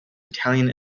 italian